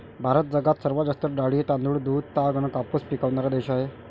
भारत जगात सर्वात जास्त डाळी, तांदूळ, दूध, ताग अन कापूस पिकवनारा देश हाय